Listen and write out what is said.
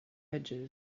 edges